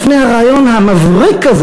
לפני הרעיון המבריק הזה,